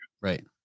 Right